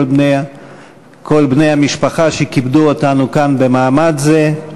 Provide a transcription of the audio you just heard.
כל בני המשפחה שכיבדו אותנו כאן במעמד זה.